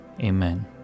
Amen